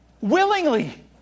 Willingly